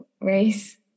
race